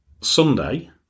Sunday